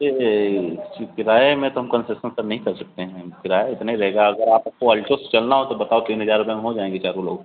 यह किराए में तो हम कन्सेसन नहीं कर सकते हैं किराया इतना ही रहेगा अगर आपको अल्टो से चलना हो तो बताओ तीन हज़ार रुपये में हो जाएँगे चारों लोग